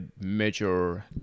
major